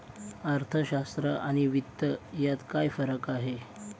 अर्थशास्त्र आणि वित्त यात काय फरक आहे